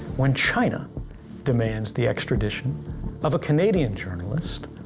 when china demands the extradition of a canadian journalist?